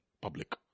public